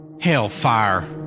Hellfire